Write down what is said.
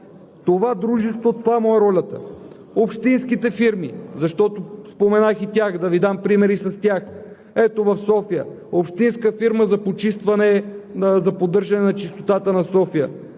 това дружество това му е ролята. В същото време общинските фирми, защото споменах и тях, да Ви дам пример – ето в София общинска фирма за поддържане на чистотата за София